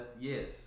Yes